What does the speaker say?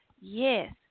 Yes